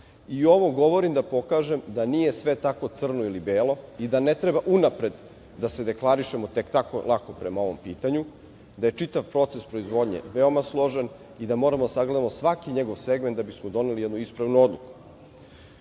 govorim da pokažem da nije sve tako crno ili belo i da ne treba unapred da se deklarišemo tek tako lako prema ovom pitanju, da je čitav proces proizvodnje veoma složen i da moramo da sagledamo svaki njegov segment da bismo doneli jednu ispravnu odluku. Naš